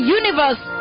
universe